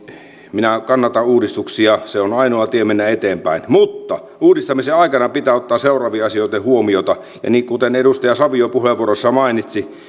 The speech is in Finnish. minä kannatan uudistuksia se on ainoa tie mennä eteenpäin mutta uudistamisen aikana pitää ottaa seuraavia asioita huomioon ja kuten edustaja savio puheenvuorossaan mainitsi